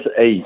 eight